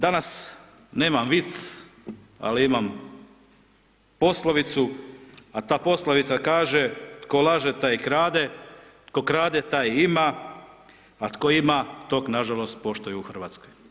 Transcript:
Danas nemam vic, ali imam poslovicu a ta poslovica kaže „Tko laže taj i krade, tko krade taj i ima“ a tko ima tog nažalost poštuju u Hrvatskoj.